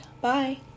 Bye